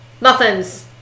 muffins